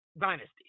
dynasty